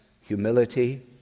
humility